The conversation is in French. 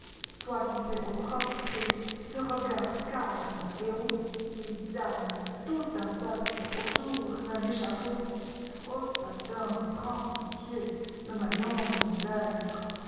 toi qui fais au proscrit ce regard calme et hautqui damne tout un peuple autour d'un échafaud au satin prends pitié de ma longue misère